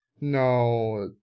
No